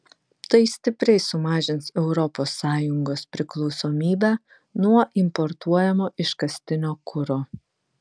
tai stipriai sumažins europos sąjungos priklausomybę nuo importuojamo iškastinio kuro